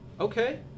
Okay